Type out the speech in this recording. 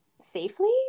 safely